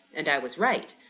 and i was right.